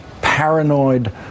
paranoid